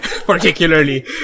Particularly